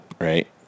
right